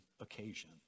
occasion